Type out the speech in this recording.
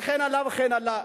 וכן הלאה וכן הלאה.